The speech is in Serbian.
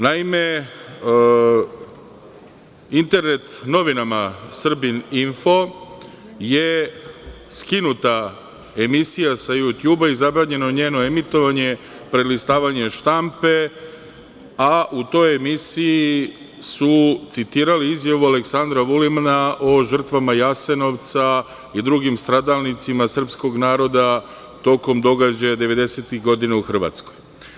Naime, internet novinama „Srbin info“ je skinuta emisija sa „Jutjuba“ i zabranjeno je njeno emitovanje, prelistavanje štampe, a u toj emisiji su citirali izjavu Aleksandra Vulina o žrtvama Jasenovca i drugim stradalnicima srpskog naroda tokom događaja devedesetih godina u Hrvatskoj.